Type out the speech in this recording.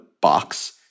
box